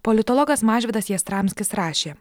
politologas mažvydas jastramskis rašė